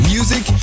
Music